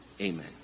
amen